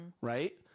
Right